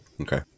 Okay